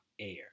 air